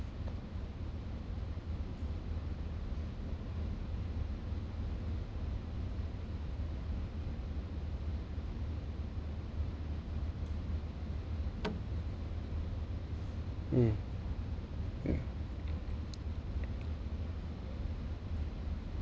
mm yeah